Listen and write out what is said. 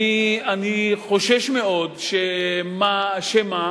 אני חושש מאוד שמא,